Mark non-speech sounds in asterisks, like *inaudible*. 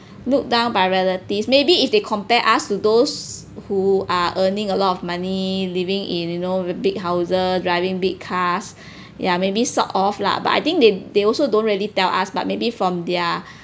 look down by relatives maybe if they compare us to those who are earning a lot of money living in you know with big houses driving big cars *breath* ya maybe sort of lah but I think they they also don't really tell us but maybe from their *breath*